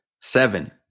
seven